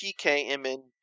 PKMN